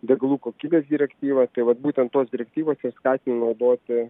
degalų kokybės direktyva tai vat būtent tos direktyvos ir skatina naudoti